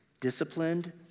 disciplined